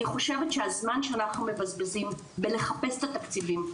אני חושבת שהזמן שאנחנו מבזבזים בלחפש את התקציבים,